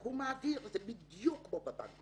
הוא מעביר, וזה בדיוק כמו בבנקים.